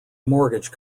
mortgage